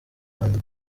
rwanda